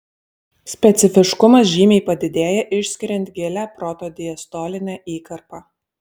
specifiškumas žymiai padidėja išskiriant gilią protodiastolinę įkarpą